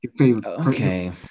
Okay